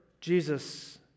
Jesus